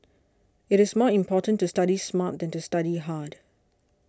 it is more important to study smart than to study hard